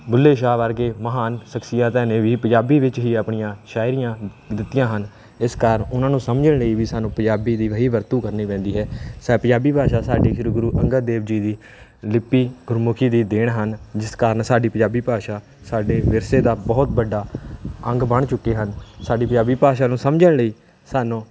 ਬੁੱਲੇ ਸ਼ਾਹ ਵਰਗੇ ਮਹਾਨ ਸ਼ਖਸੀਅਤਾਂ ਨੇ ਵੀ ਪੰਜਾਬੀ ਵਿੱਚ ਹੀ ਆਪਣੀਆਂ ਸ਼ਾਇਰੀਆਂ ਦਿੱਤੀਆਂ ਹਨ ਇਸ ਕਾਰਨ ਉਹਨਾਂ ਨੂੰ ਸਮਝਣ ਲਈ ਵੀ ਸਾਨੂੰ ਪੰਜਾਬੀ ਦੀ ਵਹੀ ਵਰਤੋਂ ਕਰਨੀ ਪੈਂਦੀ ਹੈ ਅੱਛਾ ਪੰਜਾਬੀ ਭਾਸ਼ਾ ਸਾਡੀ ਸ਼੍ਰੀ ਗੁਰੂ ਅੰਗਦ ਦੇਵ ਜੀ ਦੀ ਲਿਪੀ ਗੁਰਮੁਖੀ ਦੀ ਦੇਣ ਹਨ ਜਿਸ ਕਾਰਨ ਸਾਡੀ ਪੰਜਾਬੀ ਭਾਸ਼ਾ ਸਾਡੇ ਵਿਰਸੇ ਦਾ ਬਹੁਤ ਵੱਡਾ ਅੰਗ ਬਣ ਚੁੱਕੇ ਹਨ ਸਾਡੀ ਪੰਜਾਬੀ ਭਾਸ਼ਾ ਨੂੰ ਸਮਝਣ ਲਈ ਸਾਨੂੰ